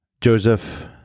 Joseph